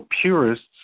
purists